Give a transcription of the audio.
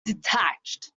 detached